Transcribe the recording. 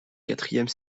quatrième